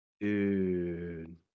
Dude